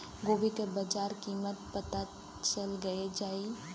गोभी का बाजार कीमत पता चल जाई?